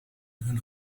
hun